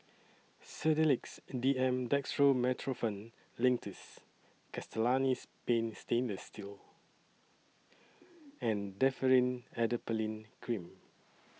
Sedilix D M Dextromethorphan Linctus Castellani's Paint Stainless Steel and Differin Adapalene Cream